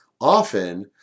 often